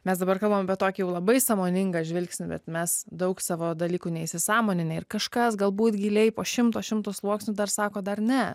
mes dabar kalbam apie tokį labai sąmoningą žvilgsnį bet mes daug savo dalykų neįsisąmoninę ir kažkas galbūt giliai po šimto šimto sluoksnių dar sako dar ne